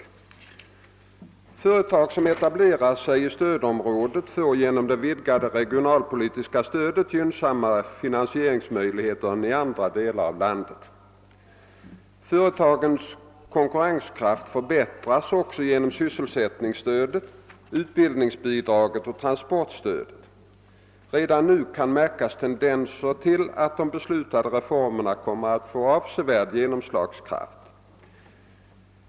Företag som etablerar sig i stödområdet får genom det vidgade regionalpolitiska stödet gynnsammare finansieringsmöjligheter än i andra delar av landet. Företagens konkurrenskraft förbättras också genom sysselsättningsstödet, utbildningsbidragen och transportstödet. Redan nu kan förmärkas tendenser till att de beslutade reformerna kommer att få avsevärd genomslagskraft.